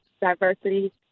diversity